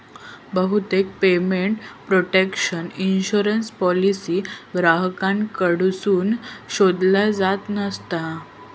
बहुतेक payment protection insurance policy ग्राहकांकडसून शोधल्यो जात नसता